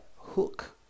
hook